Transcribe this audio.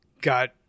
got